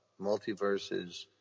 multiverses